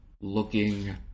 looking